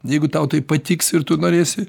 jeigu tau tai patiks ir tu norėsi